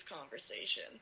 conversation